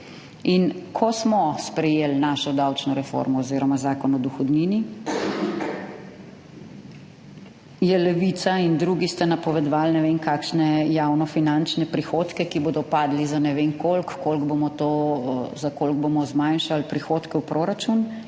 In ko smo sprejeli našo davčno reformo oziroma Zakon o dohodnini je Levica in drugi ste napovedovali ne vem kakšne javno-finančne prihodke, ki bodo padli za ne vem koliko, za koliko bomo zmanjšali prihodke v proračun,